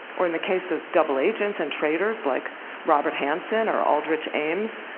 or in the case of double agents and traitors, like robert hanssen or aldrich ames,